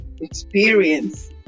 experience